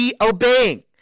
obeying